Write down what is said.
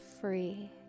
free